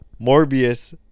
Morbius